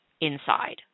Inside